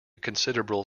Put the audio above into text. considerable